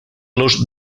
los